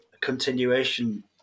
continuation